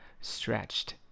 Stretched